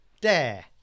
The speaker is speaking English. Dare